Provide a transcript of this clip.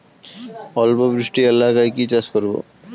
অল্প বৃষ্টি এলাকায় কি চাষ করব?